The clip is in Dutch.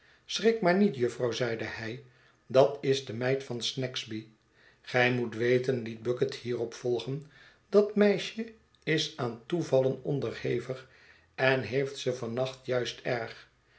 schrik maar niet jufvrouw zeide hij dat is de meid van snagsby gij moet weten liet bucket hierop volgen dat meisje is aan toevallen onderhevig en heeft ze van nacht juist erg